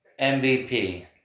MVP